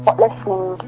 listening